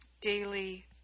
daily